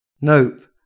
nope